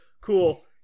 cool